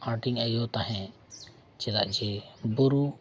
ᱟᱸᱴᱤᱧ ᱵᱩᱡᱷᱟᱹᱣ ᱛᱟᱦᱮᱸᱫ ᱪᱮᱫᱟᱜ ᱥᱮ ᱵᱩᱨᱩ